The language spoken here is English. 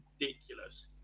ridiculous